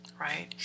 right